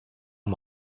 繁忙